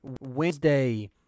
Wednesday